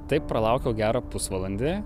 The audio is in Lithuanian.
taip pralaukiau gerą pusvalandį